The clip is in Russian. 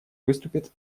выступит